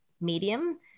medium